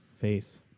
face